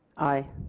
aye.